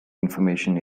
information